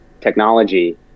technology